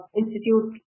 institute